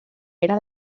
era